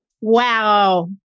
Wow